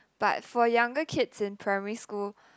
but for younger kids in primary school